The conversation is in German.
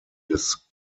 des